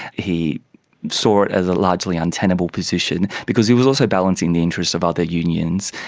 he saw it as a largely untenable position because he was also balancing the interests of other unions,